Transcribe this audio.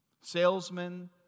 Salesmen